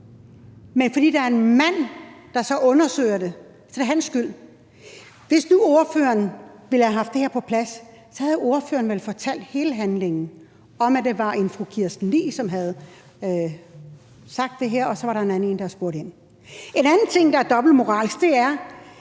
men fordi det så er en mand, der undersøger det, så er det hans skyld. Hvis nu ordføreren ville have haft det her på plads, så havde ordføreren vel fortalt hele handlingen, altså om, at det var en fru Kirsten Lee, som havde sagt det her, og så var der en anden, der spurgte ind til det. En anden ting, der er dobbeltmoralsk, er,